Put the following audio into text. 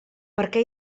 perquè